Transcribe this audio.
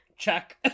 check